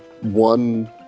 one